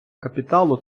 капіталу